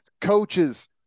coaches